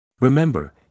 Remember